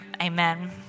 Amen